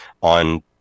on